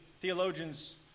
theologians